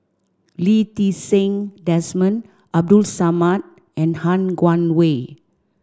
Lee Ti Seng Desmond Abdul Samad and Han Guangwei